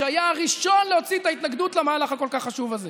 שהיה הראשון שהוציא את ההתנגדות למהלך הכל-כך חשוב הזה,